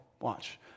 watch